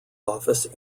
office